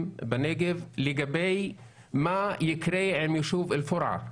בנגב לגבי מה יקרה עם היישוב אל פורעה.